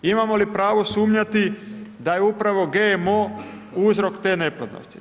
Imamo li pravo sumnjati da je u pravo GMO uzrok te neplodnosti?